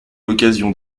l’occasion